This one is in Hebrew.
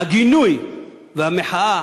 והגינוי והמחאה